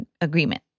agreement